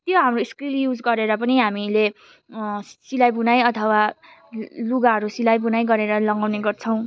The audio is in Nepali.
त्यो हाम्रो स्किल युज गरेर पनि हामीले सिलाइ बुनाइ अथवा लुगाहरू सिलाइ बुनाइ गरेर लगाउने गर्छौँ